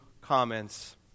comments